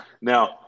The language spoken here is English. Now